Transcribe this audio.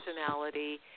personality